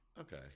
Okay